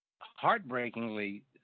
heartbreakingly